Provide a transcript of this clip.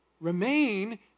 remain